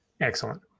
Excellent